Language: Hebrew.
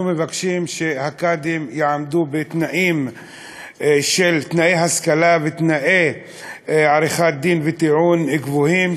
אנחנו מבקשים שהקאדים יעמדו בתנאים של השכלה ועריכת-דין וטיעון גבוהים,